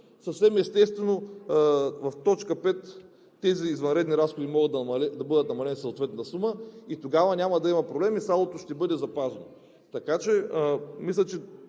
съвсем естествено в т. 5 тези извънредни разходи могат да бъдат намалени със съответната сума. Тогава няма да има проблеми и салдото ще бъде запазено. Мисля, че